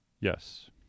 Yes